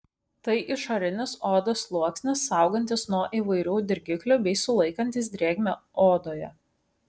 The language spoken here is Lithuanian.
tai išorinis odos sluoksnis saugantis nuo įvairių dirgiklių bei sulaikantis drėgmę odoje